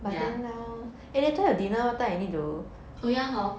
oh ya hor